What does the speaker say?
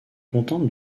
contente